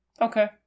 Okay